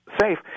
safe